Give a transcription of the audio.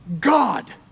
God